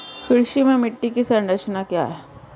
कृषि में मिट्टी की संरचना क्या है?